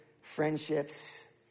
friendships